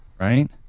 right